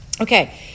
Okay